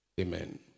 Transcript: Amen